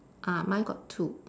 ah mine got two